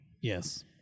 Yes